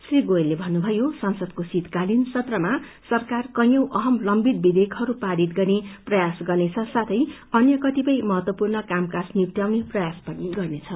श्री गोयलले भन्नुमयो संसदको शीतकालीन सत्रमा सरकार कैयौ अहम लम्बित विषेयकहरू पारित गर्ने प्रयास गर्नेछ साथै अन्य कतिपय महत्वपूर्ण कामकाज निपट्याउने प्रयास पनि गर्नेछ